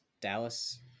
Dallas